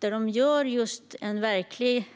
De gör en verklig